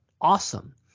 awesome